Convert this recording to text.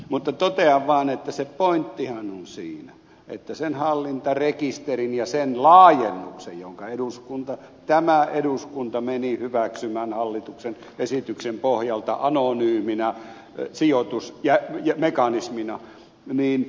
mutta totean vaan että se pointtihan on siinä että sen hallintarekisterin ja sen laajennuksen tämä eduskunta meni hyväksymään hallituksen esityksen pohjalta anonyyminä sijoitusmekanismina